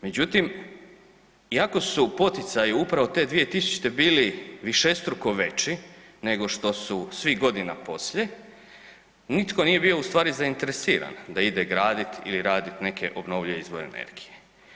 Međutim, iako su poticaji upravo te 2000.-te bili višestruko veći nego što su svih godina poslije nitko nije bio u stvari zainteresiran da ide graditi ili raditi neke obnovljive izvore energije.